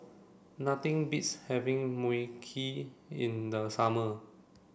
nothing beats having Mui Kee in the summer